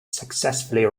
successfully